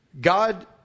God